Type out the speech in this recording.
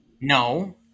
No